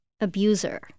abuser